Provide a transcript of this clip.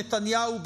נתניהו,